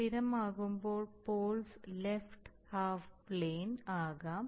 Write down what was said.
സ്ഥിരമാകുമ്പോൾ poles left half plane ആകാം